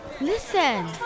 Listen